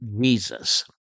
Jesus